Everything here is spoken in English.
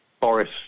Boris